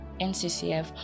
NCCF